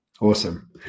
Awesome